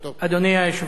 אדוני היושב-ראש,